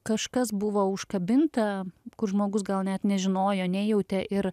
kažkas buvo užkabinta kur žmogus gal net nežinojo nejautė ir